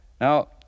Now